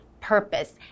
purpose